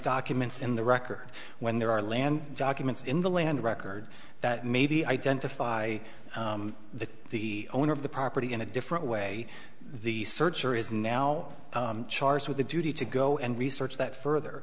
documents in the record when there are land documents in the land record that maybe identify the the owner of the property in a different way the searcher is now charged with the duty to go and research that further